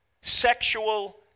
sexual